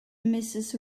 mrs